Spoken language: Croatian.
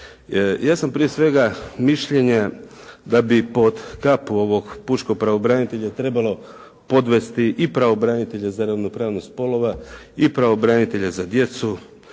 Ja sam prije svega mišljenja da bi pod kapu ovog pučkog pravobranitelja trebalo podvesti i pravobranitelja za ravnopravnost spolova i pravobranitelja za djecu,